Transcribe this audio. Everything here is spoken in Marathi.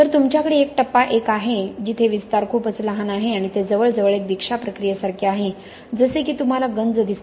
तर तुमच्याकडे एक टप्पा 1 आहे जिथे विस्तार खूपच लहान आहे आणि ते जवळजवळ एक दीक्षा प्रक्रियेसारखे आहे जसे की तुम्हाला गंज दिसते